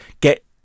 get